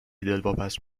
دلواپس